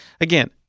Again